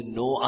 no